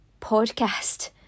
podcast